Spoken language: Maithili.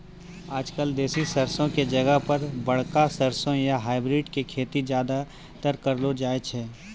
आजकल देसी सरसों के जगह पर बड़का सरसों या हाइब्रिड के खेती ज्यादातर करलो जाय छै